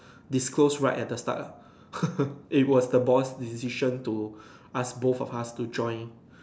disclosed right at the start lah it was the boss decision to ask both of us to join